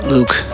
Luke